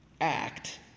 act